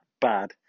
bad